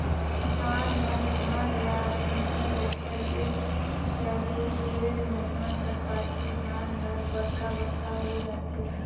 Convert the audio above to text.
किसान मन धान ल बुनथे ओकर एक चहे डेढ़ महिना कर पाछू धान हर बड़खा बड़खा होए जाथे